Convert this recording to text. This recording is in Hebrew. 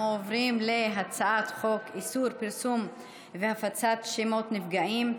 אנחנו עוברים להצעת חוק איסור פרסום והפצת שמות נפגעים,